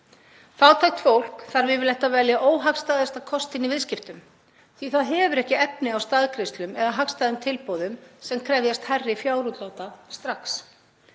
Fátækt fólk þarf yfirleitt að velja óhagstæðasta kostinn í viðskiptum því það hefur ekki efni á staðgreiðslu eða hagstæðum tilboðum sem krefjast hærri fjárútláta strax.